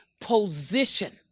position